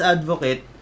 Advocate